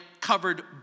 covered